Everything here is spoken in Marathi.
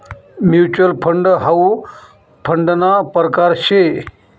म्युच्युअल फंड हाउ फंडना परकार शे